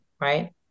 right